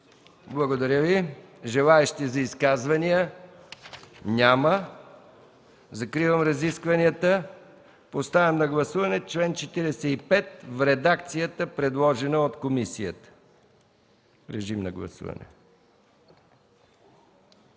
Благодаря Ви. Желаещи за изказвания? Няма. Закривам разискванията. Поставям на гласуване чл. 45 в редакцията, предложена от комисията. Гласували